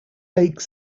lake